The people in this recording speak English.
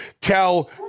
tell